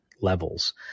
levels